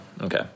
Okay